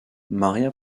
maria